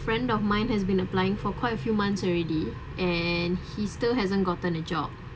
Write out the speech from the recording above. friend of mine has been applying for quite a few months already and he still hasn't gotten a job